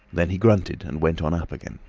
then he grunted and went on up again.